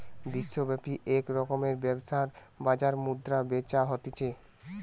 বিশ্বব্যাপী এক রকমের ব্যবসার বাজার মুদ্রা বেচা হতিছে